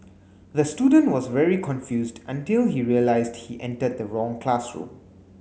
the student was very confused until he realised he entered the wrong classroom